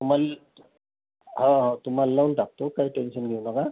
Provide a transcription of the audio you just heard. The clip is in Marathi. तुम्हाला हो हो तुम्हाला लावून टाकतो काही टेन्शन घेऊ नका